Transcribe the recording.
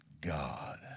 God